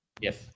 Yes